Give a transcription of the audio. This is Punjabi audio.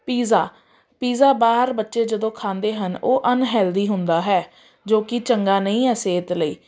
ਪੀਜ਼ਾ ਪੀਜ਼ਾ ਬਾਹਰ ਬੱਚੇ ਜਦੋਂ ਖਾਂਦੇ ਹਨ ਉਹ ਅਨਹੈਲਥੀ ਹੁੰਦਾ ਹੈ ਜੋ ਕਿ ਚੰਗਾ ਨਹੀਂ ਆ ਸਿਹਤ ਲਈ